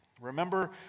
Remember